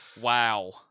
wow